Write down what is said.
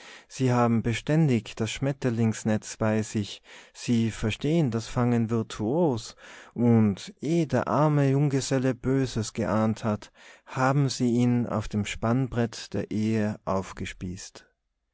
sie haben beständig das schmetterlingsnetz bei sich sie verstehen das fangen virtuos und ehe der arme junggeselle böses geahnt hat haben sie ihn auf dem spannbrett der ehe aufgespießt